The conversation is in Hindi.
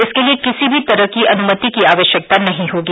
इसके लिए किसी भी तरह की अनुमति की आवश्यकता नहीं होगी